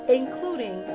including